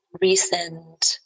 recent